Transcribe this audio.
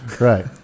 Right